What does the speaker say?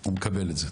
- הוא מקבל את זה.